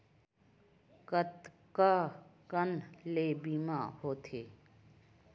कतका कन ले बीमा होथे?